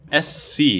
SC